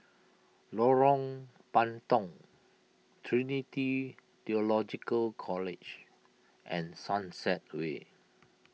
Lorong Puntong Trinity theological College and Sunset Way